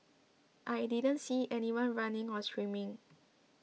I didn't see anyone running or screaming